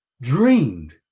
dreamed